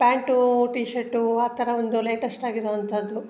pant T shirt ಆ ಥರ ಒಂದು ಲೇಟೆಸ್ಟ್ ಆಗಿರುವಂಥದ್ದು